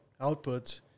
outputs